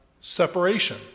separation